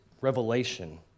revelation